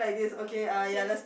okay